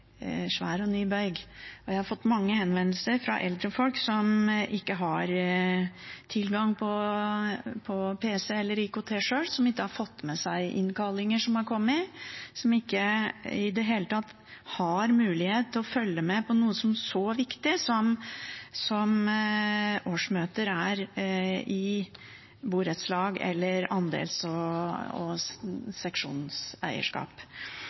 Jeg har fått mange henvendelser fra eldre folk som ikke har tilgang til pc eller IKT sjøl, og som ikke har fått med seg innkallinger som har kommet, og som ikke i det hele tatt har mulighet til å følge med på noe så viktig som årsmøter er i borettslag eller eierseksjonssameier. Det handler om hjemmet deres, og